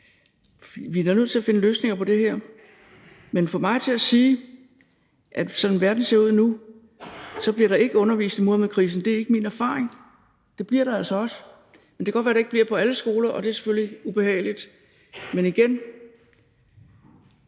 Vi er da nødt til at finde løsninger på det her, men som verden ser ud nu, er det ikke min erfaring, at der ikke bliver undervist i Muhammedkrisen. Det bliver der altså også, men det kan godt være, at der ikke bliver det på alle skoler, og det er selvfølgelig ubehageligt. Men igen: